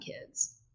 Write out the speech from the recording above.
kids